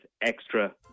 extra